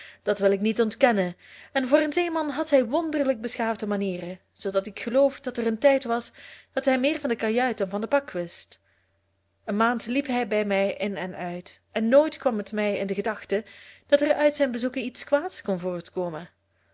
dat wil ik niet ontkennen en voor een zeeman had hij wonderlijk beschaafde manieren zoodat ik geloof dat er een tijd was dat hij meer van de kajuit dan van den bak wist een maand liep hij bij mij in en uit en nooit kwam het mij in de gedachte dat er uit zijn bezoeken iets kwaads kon voortkomen